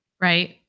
right